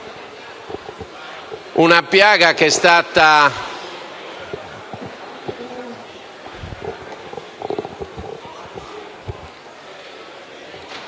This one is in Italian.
una piaga che è stata